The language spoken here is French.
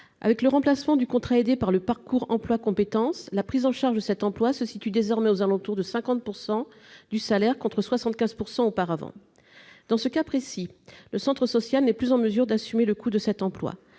Avec le remplacement du contrat aidé par le parcours emploi compétences, la prise en charge de cet emploi s'établit désormais à environ 50 % du salaire, contre 75 % auparavant. Le centre social n'est plus en mesure d'assumer le coût de cet emploi.